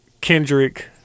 Kendrick